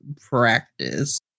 practice